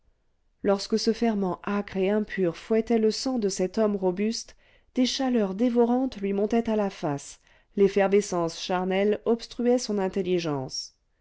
lorsque ce ferment acre et impur fouettait le sang de cet homme robuste des chaleurs dévorantes lui montaient à la face l'effervescence charnelle obstruait son intelligence